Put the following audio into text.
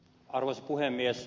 arvoisa puhemies